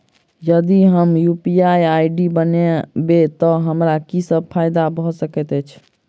यदि हम UPI ID बनाबै तऽ हमरा की सब फायदा भऽ सकैत अछि?